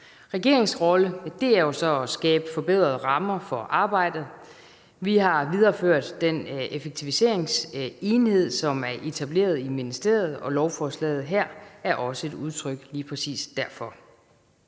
Regeringens rolle er jo så at skabe forbedrede rammer for arbejdet. Vi har videreført den effektiviseringsenhed, som er etableret i ministeriet, og lovforslaget her er også lige præcis et